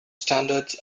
standards